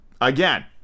again